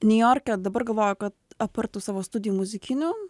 niujorke dabar galvoju kad aptart tų savo studijų muzikinių